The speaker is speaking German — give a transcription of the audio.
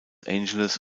angeles